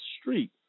street